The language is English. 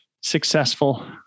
successful